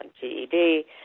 GED